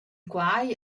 quai